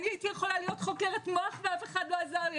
אני הייתי יכולה להיות חוקרת מוח ואף אחד לא עזר לי,